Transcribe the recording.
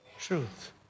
truth